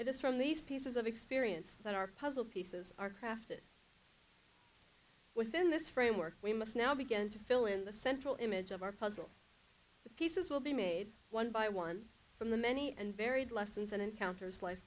this from these pieces of experience that our puzzle pieces are crafted within this framework we must now begin to fill in the central image of our puzzle the pieces will be made one by one from the many and varied lessons and encounters life